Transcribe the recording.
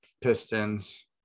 Pistons